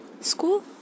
school